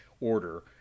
order